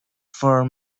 for